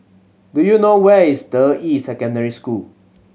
do you know where is Deyi Secondary School